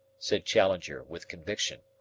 said challenger with conviction.